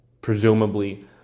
presumably